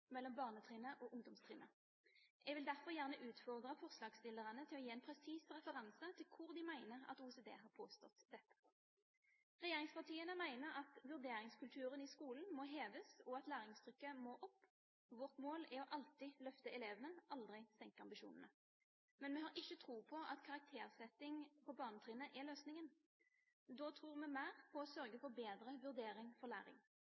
mellom barnetrinnet og ungdomstrinnet. Jeg vil derfor gjerne utfordre forslagsstillerne til å gi en presis referanse til hvor de mener at OECD har påstått dette. Regjeringspartiene mener at vurderingskulturen i skolen må heves, og at læringstrykket må opp. Vårt mål er å alltid løfte elevene og aldri senke ambisjonene. Men vi har ikke tro på at karaktersetting på barnetrinnet er løsningen. Da tror vi mer på å sørge for bedre vurdering for læring.